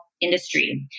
industry